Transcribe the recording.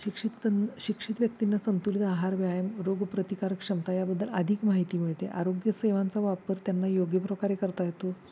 शिक्षितं शिक्षित व्यक्तींना संतुलित आहार व्यायाम रोग प्रतिकार क्षमता याबद्दल अधिक माहिती मिळते आरोग्य सेवांचा वापर त्यांना योग्य प्रकारे करता येतो